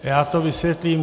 Já to vysvětlím.